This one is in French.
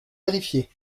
vérifier